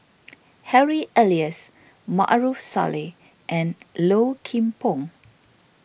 Harry Elias Maarof Salleh and Low Kim Pong